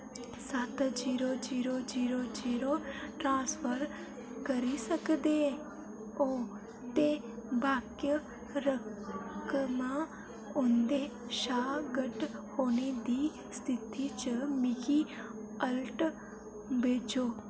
सत्त zero zero zero zero transfer करी सकदे ओ ते बाक्य रकम ओह्दे शा घट्ट होने दी स्थिति च मिगी अलट भेजो